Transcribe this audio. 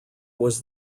was